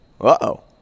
Uh-oh